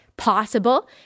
possible